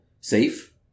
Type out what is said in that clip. safe